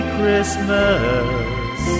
Christmas